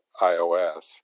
iOS